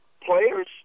players